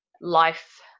life